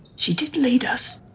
she did lead us,